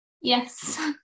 Yes